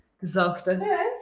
Disaster